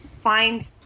find